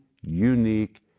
unique